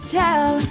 tell